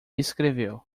escreveu